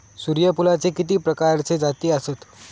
सूर्यफूलाचे किती प्रकारचे जाती आसत?